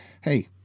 hey